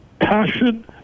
passion